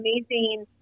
amazing